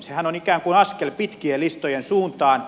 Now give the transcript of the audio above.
sehän on ikään kuin askel pitkien listojen suuntaan